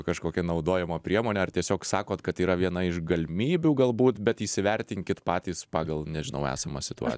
kažkokią naudojimo priemonę ar tiesiog sakot kad yra viena iš galimybių galbūt bet įsivertinkit patys pagal nežinau esamą situa